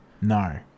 No